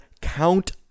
Count